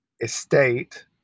estate